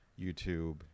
YouTube